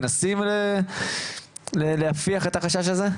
מנסים להפיח את החשש הזה?